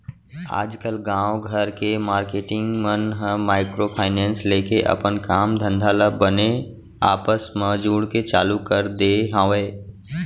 आजकल गाँव घर के मारकेटिंग मन ह माइक्रो फायनेंस लेके अपन काम धंधा ल बने आपस म जुड़के चालू कर दे हवय